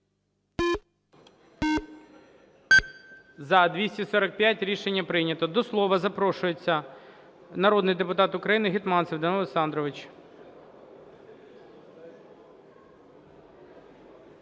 За-245 Рішення прийнято. До слова запрошується народний депутат України Гетманцев Данило Олександрович.